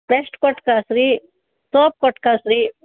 paste ಕೊಟ್ಟು ಕಳ್ಸಿ ರಿ ಸೋಪ್ ಕೊಟ್ಟು ಕಳ್ಸಿ ರಿ